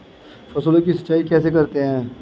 फसलों की सिंचाई कैसे करते हैं?